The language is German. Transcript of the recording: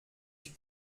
ich